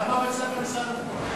למה בית-הספר ייסע לחו"ל?